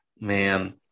Man